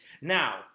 now